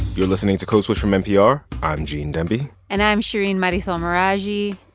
you're listening to code switch from npr. i'm gene demby and i'm shereen marisol meraji.